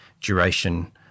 duration